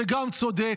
זה גם צודק,